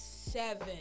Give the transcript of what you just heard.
seven